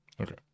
okay